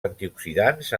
antioxidants